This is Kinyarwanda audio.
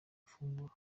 ufungura